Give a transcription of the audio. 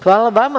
Hvala vama.